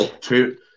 two